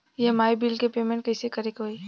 EMI bill के payment कइसे करे के होई?